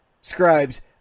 scribes